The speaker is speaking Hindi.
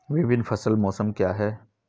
विभिन्न फसल मौसम क्या हैं?